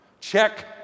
Check